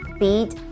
beat 、